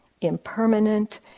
impermanent